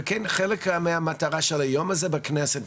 וכן חלק מהמטרה של היום הזה בכנסת,